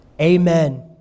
Amen